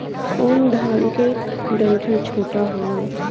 कौन धान के डंठल छोटा होला?